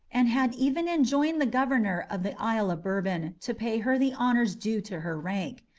and had even enjoined the governor of the isle of bourbon to pay her the honours due to her rank.